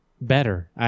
better